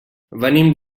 venim